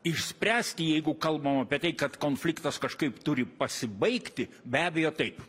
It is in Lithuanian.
išspręsti jeigu kalbam apie tai kad konfliktas kažkaip turi pasibaigti be abejo taip